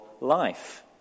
life